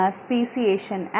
speciation